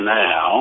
now